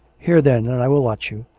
here, then, and i will watch you!